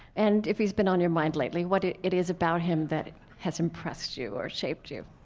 and if he's been on your mind lately, what it it is about him that has impressed you or shaped you.